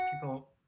people